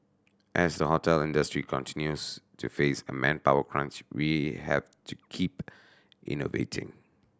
as the hotel industry continues to face a manpower crunch we have to keep innovating